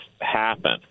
happen